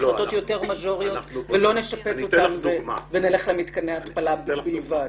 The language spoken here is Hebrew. החלטות יותר מז'וריות ולא נשפץ אותם ונלך למתקני התפלה בלבד?